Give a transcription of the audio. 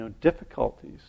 difficulties